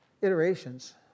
iterations